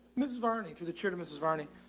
ms varney through the tournament was varney.